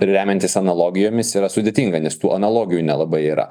remiantis analogijomis yra sudėtinga nes tų analogijų nelabai yra